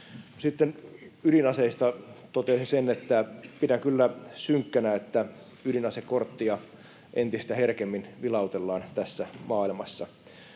Sitten ydinaseista toteaisin, että pidän kyllä synkkänä, että ydinasekorttia entistä herkemmin vilautellaan tässä maailmassa.